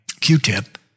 Q-tip